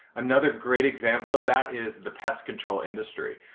another great example of that is the pest control industry.